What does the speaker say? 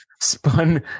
spun